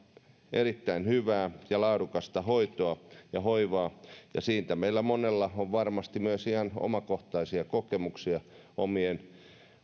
erittäin hyvää ja laadukasta hoitoa ja hoivaa ja siitä meillä monella on varmasti myös ihan omakohtaisia kokemuksia omien